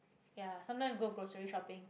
ya sometimes go grocery shopping